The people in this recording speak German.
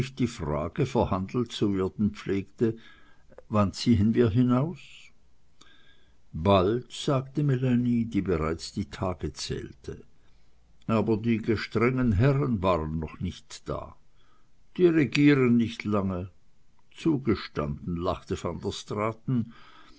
die frage verhandelt zu werden pflegte wann ziehen wir hinaus bald sagte melanie die bereits die tage zählte aber die gestrengen herren waren noch nicht da die regieren nicht lange zugestanden lachte